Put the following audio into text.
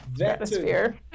atmosphere